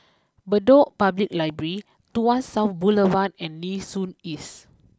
Bedok Public library Tuas South Boulevard and Nee Soon East